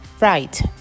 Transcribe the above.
Right